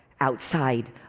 outside